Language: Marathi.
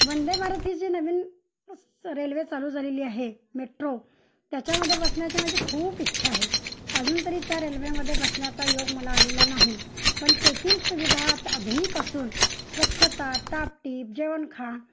वंदे भारत ही जी नवीन रेल्वे चालू झालेली आहे मेट्रो त्याच्यामध्ये बसण्याची माझी खूप इच्छा आहे अजून तरी त्या रेल्वेमध्ये बसण्याचा योग मला आलेला नाही पण तेथील सुविधा आधुनिक असून स्वच्छता टापटीप जेवणखान